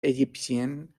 égyptienne